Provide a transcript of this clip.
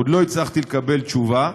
עוד לא הצלחתי לקבל תשובה.